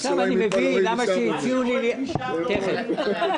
מה שרואים משם לא רואים מכאן.